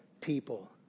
people